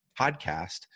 podcast